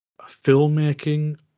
filmmaking